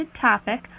topic